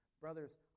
Brothers